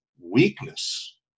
weakness